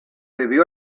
debió